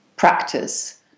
practice